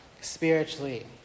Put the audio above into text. spiritually